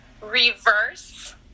reverse